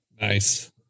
nice